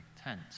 tent